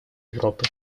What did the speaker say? европы